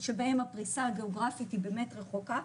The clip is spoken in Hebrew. שבהם הפריסה הגיאוגרפית היא באמת רחוקה,